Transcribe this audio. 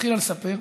התחילה לספר.